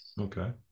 Okay